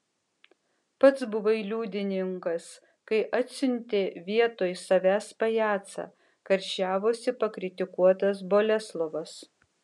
pats buvai liudininkas kai atsiuntė vietoj savęs pajacą karščiavosi pakritikuotas boleslovas